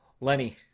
Lenny